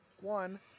one